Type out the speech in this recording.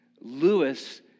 Lewis